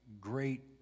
great